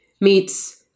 meets